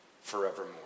forevermore